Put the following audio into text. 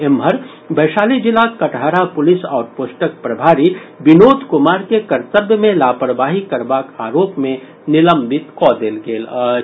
एम्हर वैशाली जिलाक कटहरा पुलिस आउटपोस्टक प्रभारी विनोद कुमार के कर्तव्य मे लापरवाही करबाक आरोप मे निलंबित कऽ देल गेल अछि